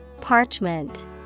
Parchment